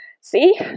See